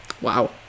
Wow